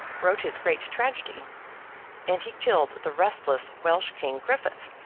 wrote his great tragedy and he killed the restless welsh king griffith,